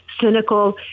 cynical